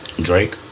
Drake